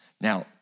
Now